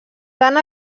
tant